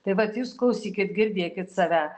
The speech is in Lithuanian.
tai vat jūs klausykit girdėkit save